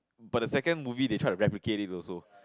but the second movie they tried to replicate it also